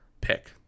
pick